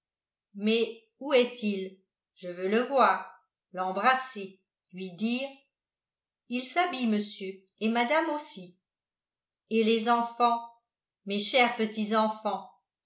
mais où est-il je veux le voir l'embrasser lui dire il s'habille monsieur et madame aussi et les enfants mes chers petits-enfants